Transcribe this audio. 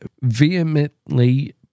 vehemently